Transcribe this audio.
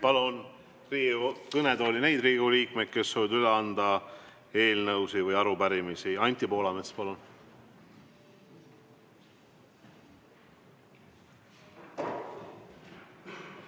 kõnetooli neid Riigikogu liikmeid, kes soovivad üle anda eelnõusid või arupärimisi. Anti Poolamets, palun!